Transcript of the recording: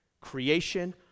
Creation